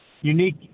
unique